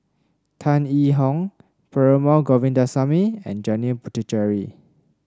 Tan Yee Hong Perumal Govindaswamy and Janil Puthucheary